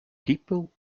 people